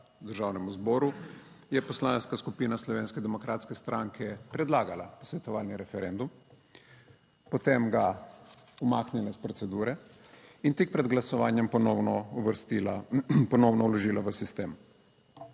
Državnemu zboru je Poslanska skupina Slovenske demokratske stranke predlagala posvetovalni referendum, potem ga umaknila iz procedure in tik pred glasovanjem ponovno uvrstila, ponovno